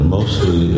Mostly